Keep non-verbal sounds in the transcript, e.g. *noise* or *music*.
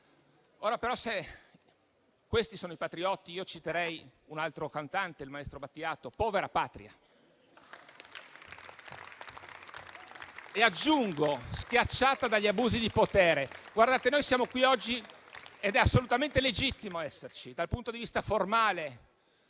Ora, però, se questi sono i patrioti, citerei un altro cantante, il maestro Battiato: «Povera patria» (aggiungo: schiacciata dagli abusi di potere)! *applause* Colleghi, oggi siamo qui ed è assolutamente legittimo esserci dal punto di vista formale;